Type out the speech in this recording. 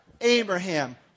Abraham